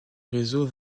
réseau